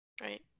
right